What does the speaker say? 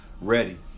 ready